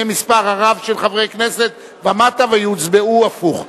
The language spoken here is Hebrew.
חברי כנסת ומטה ויוצבעו הפוך.